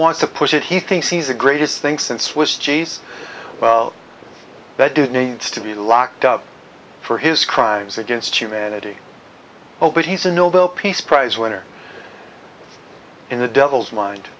wants to push it he thinks he's the greatest thing since was chase that did needs to be locked up for his crimes against humanity oh but he's a nobel peace prize winner in the devil's mind